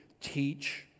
teach